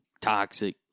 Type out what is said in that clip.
Toxic